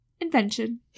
invention